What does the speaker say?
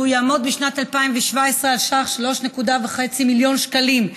והוא יעמוד בשנת 2017 על סך 3.5 מיליון שקלים,